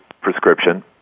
prescription